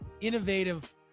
innovative